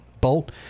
bolt